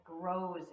grows